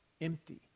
Empty